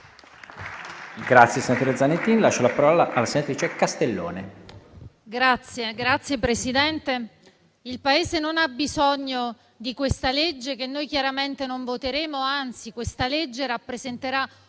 *(M5S)*. Signor Presidente, il Paese non ha bisogno di questa legge, che noi chiaramente non voteremo. Anzi, questa legge rappresenterà